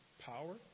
power